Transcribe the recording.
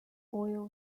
oil